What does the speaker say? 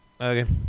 Okay